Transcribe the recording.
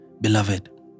beloved